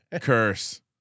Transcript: Curse